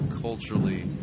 culturally